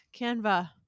Canva